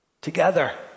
Together